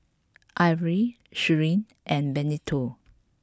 Avery Sheri and Benito